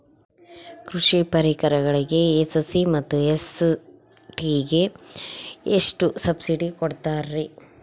ಕೃಷಿ ಪರಿಕರಗಳಿಗೆ ಎಸ್.ಸಿ ಮತ್ತು ಎಸ್.ಟಿ ಗೆ ಎಷ್ಟು ಸಬ್ಸಿಡಿ ಕೊಡುತ್ತಾರ್ರಿ?